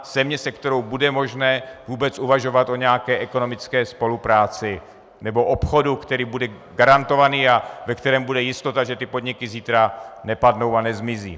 Země, s kterou bude možné vůbec uvažovat o nějaké ekonomické spolupráci nebo obchodu, který bude garantovaný a v kterém bude jistota, že ty podniky zítra nepadnou a nezmizí.